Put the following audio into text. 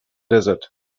desert